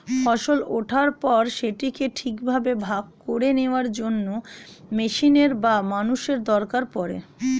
ফসল ওঠার পর সেটাকে ঠিকভাবে ভাগ করে নেওয়ার জন্য মেশিনের বা মানুষের দরকার পড়ে